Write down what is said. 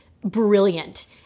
brilliant